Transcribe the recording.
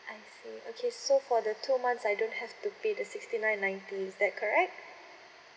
I see okay so for the two months I don't have to pay the sixty nine ninety is that correct